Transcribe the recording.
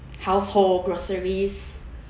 household groceries